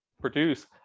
produce